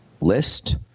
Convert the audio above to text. list